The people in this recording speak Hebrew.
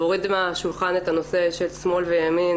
להוריד מהשולחן את הנושא של שמאל וימין,